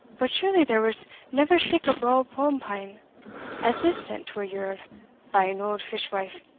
but surely there was never sic a braw propine as this sent to a yerl by an auld fishwife,